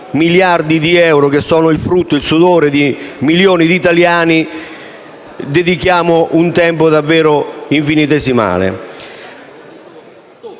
miliardi di euro, che sono il frutto del sudore di milioni di italiani, dedichiamo un tempo davvero infinitesimale.